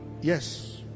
yes